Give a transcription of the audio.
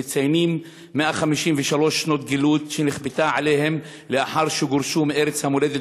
הם מציינים 153 שנות גלות שנכפתה עליהם לאחר שגורשו מארץ המולדת